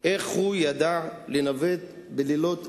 איך הוא ידע לנווט בלילות אפלים,